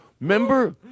Remember